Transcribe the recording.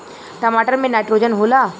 टमाटर मे नाइट्रोजन होला?